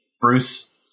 Bruce